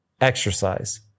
exercise